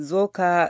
Zoka